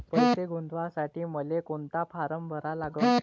पैसे गुंतवासाठी मले कोंता फारम भरा लागन?